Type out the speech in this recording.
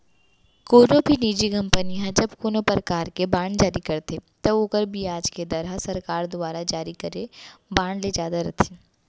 कोनो भी निजी कंपनी ह जब कोनों परकार के बांड जारी करथे त ओकर बियाज के दर ह सरकार दुवारा जारी करे बांड ले जादा रथे